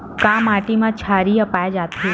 का माटी मा क्षारीय पाए जाथे?